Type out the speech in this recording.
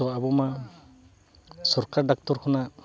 ᱟᱵᱚ ᱢᱟ ᱥᱚᱨᱠᱟᱨ ᱰᱟᱠᱛᱚᱨ ᱠᱷᱚᱱᱟᱜ